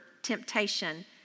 Temptation